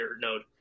node